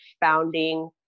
founding